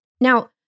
Now